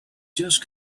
just